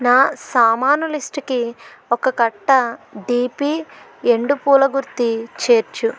నా సామాను లిస్టుకి ఒక కట్ట డీపీ ఎండు పూల గుత్తి చేర్చుము